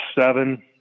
seven